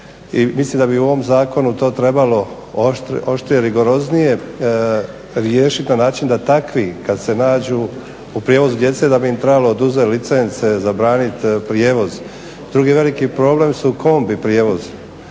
mislim da bi u ovom zakonu to trebalo oštrije, rigoroznije riješiti na način da takvi kada se nađu u prijevozu djece da bi im trebalo oduzeti licence, zabraniti prijevoz. Drugi veliki problem su kombi prijevoz